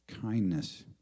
kindness